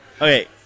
Okay